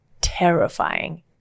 terrifying